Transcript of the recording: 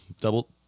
Double